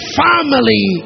family